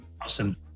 Awesome